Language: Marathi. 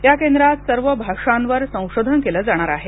या केंद्रात सर्व भाषांवर संशोधन केलं जाणार आहे